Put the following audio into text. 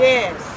Yes